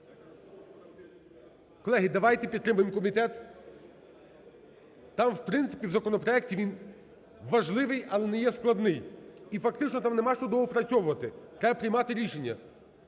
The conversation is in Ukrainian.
Колеги, давайте підтримаєм комітет. Там в принципі в законопроекті, він важливий, але не є складний і фактично там нема що доопрацьовувати, треба приймати рішення.